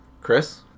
Chris